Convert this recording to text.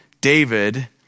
David